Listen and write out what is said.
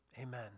amen